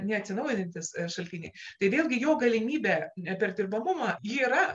neatsinaujinantys šaltiniai tai vėlgi jo galimybę neperdirbamumą ji yra